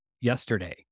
yesterday